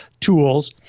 tools